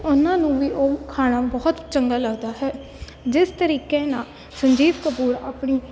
ਉਹਨਾਂ ਨੂੰ ਵੀ ਉਹ ਖਾਣਾ ਬਹੁਤ ਚੰਗਾ ਲੱਗਦਾ ਹੈ ਜਿਸ ਤਰੀਕੇ ਨਾਲ ਸੰਜੀਵ ਕਪੂਰ ਆਪਣੀ